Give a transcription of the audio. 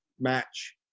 match